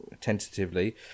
tentatively